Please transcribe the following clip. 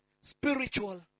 spiritual